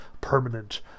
permanent